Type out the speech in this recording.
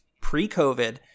pre-COVID